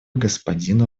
господину